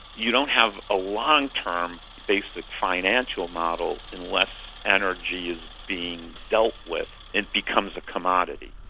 you don't have a long term basic financial model unless energy is being dealt with and becomes a commodity.